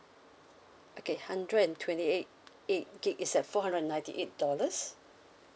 okay hundred and twenty eight eight gig is at four hundred and ninety eight dollars